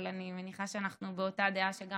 אבל אני מניחה שאנחנו באותה דעה שגם